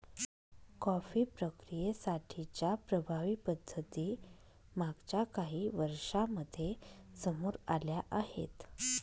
coffee प्रक्रियेसाठी च्या प्रभावी पद्धती मागच्या काही वर्षांमध्ये समोर आल्या आहेत